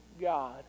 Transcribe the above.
God